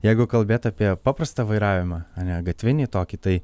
jeigu kalbėt apie paprastą vairavimą ane gatvinį tokį tai